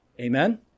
Amen